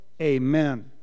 Amen